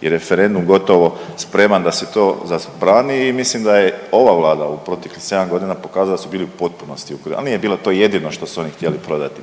je referendum gotovo spreman da se to zabrani i mislim da je ova Vlada u proteklih sedam godina pokazala da su bili u potpunosti, ali nije bilo to jedino što su oni htjeli prodati.